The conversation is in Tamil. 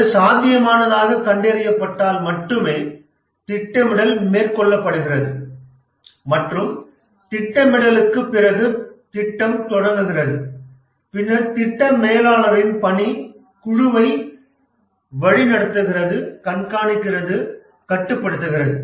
அது சாத்தியமானதாகக் கண்டறியப்பட்டால் மட்டுமே திட்டமிடல் மேற்கொள்ளப்படுகிறது மற்றும் திட்டமிடலுக்குப் பிறகு திட்டம் தொடங்குகிறது பின்னர் திட்ட மேலாளரின் பணி குழுவை வழிநடத்துகிறது கண்காணிக்கிறது கட்டுப்படுத்துகிறது